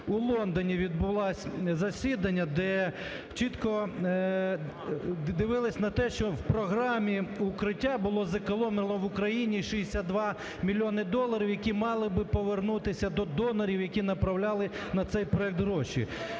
у Лондоні відбулося засідання, де чітко дивилися на те, що в програмі "Укриття" було зекономлено в Україні 62 мільйони доларів, які мали би повернутися до донорів, які направляли на цей проект гроші.